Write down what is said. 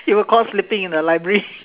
you were caught sleeping in the library